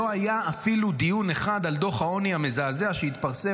לא היה אפילו דיון אחד על דוח העוני המזעזע שהתפרסם.